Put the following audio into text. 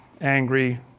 angry